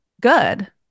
good